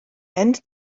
and